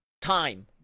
time